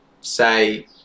say